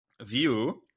view